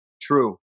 True